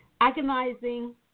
Agonizing